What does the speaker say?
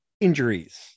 injuries